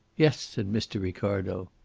yes, said mr. ricardo.